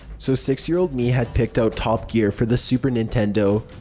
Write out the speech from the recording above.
so, six-year-old me had picked out top gear for the super nintendo.